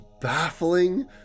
baffling